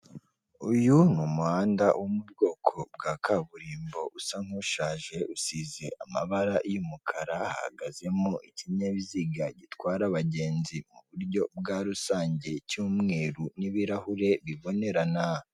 Uyu ni umuhanda wo mu bwoko bwa kaburimbo, usa nkushaje, usize amabara y'umukara, hahagazemo ikinyabiziga gitwara abagenzi, mu buryo bwa rusange, cyumweru n'ibirahure bibonerana.